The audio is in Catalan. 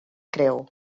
creu